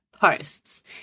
posts